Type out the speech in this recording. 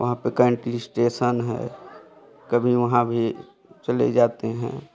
वहाँ पे स्टेशन है कभी वहाँ भी चले जाते हैं